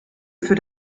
für